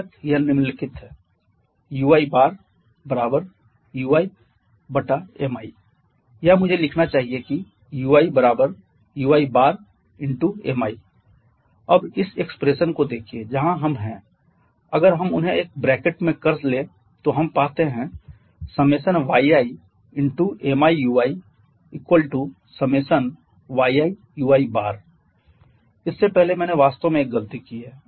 बेशक यह निम्नलिखित है uiuiMi या मुझे लिखना चाहिए की uiui Mi अब इस एक्सप्रेशन को देखिए जहां हम हैं अगर हम उन्हें एक ब्रैकेट में कर ले तो हम पाते हैं i1kyi i1k yi ui इससे पहले मैंने वास्तव में एक गलती की है